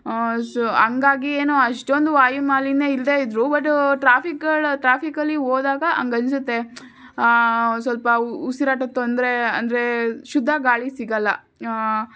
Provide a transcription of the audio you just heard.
so ಹಂಗಾಗಿ ಏನೂ ಅಷ್ಟೊಂದು ವಾಯುಮಾಲಿನ್ಯ ಇಲ್ಲದೇ ಇದ್ದರೂ ಬಟ್ಟೂ ಟ್ರಾಫಿಕ್ಗಳು ಟ್ರಾಫಿಕಲ್ಲಿ ಹೋದಾಗ ಹಂಗೆ ಅನ್ನಿಸುತ್ತೆ ಸ್ವಲ್ಪ ಉಸಿರಾಟದ ತೊಂದರೆ ಅಂದರೆ ಶುದ್ಧ ಗಾಳಿ ಸಿಗೋಲ್ಲ